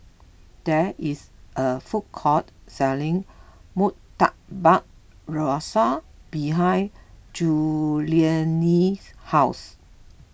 there is a food court selling Murtabak Rusa behind Juliann's house